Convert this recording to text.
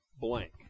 blank